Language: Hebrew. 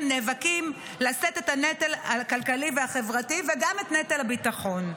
נאבקים לשאת את הנטל הכלכלי והחברתי וגם את נטל הביטחון.